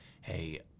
Hey